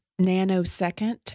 nanosecond